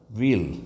wheel